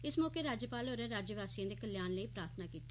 इस मौके राज्यपाल होरें राज्य वासिए दे कल्याण लेई प्रार्थना कीती